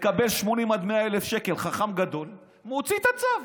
מקבל 80,000 עד 100,000, חכם גדול, מוציא את הצו.